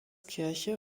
kirche